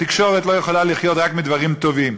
תקשורת לא יכולה לחיות רק מדברים טובים.